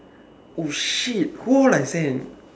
oh shit who I send